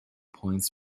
points